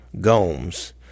gomes